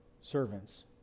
servants